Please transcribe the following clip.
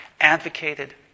advocated